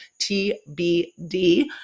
TBD